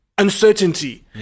uncertainty